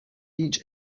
each